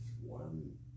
one